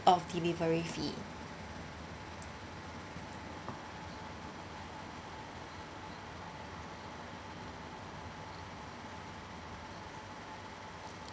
of delivery fee